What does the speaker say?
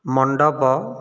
ମଣ୍ଡପ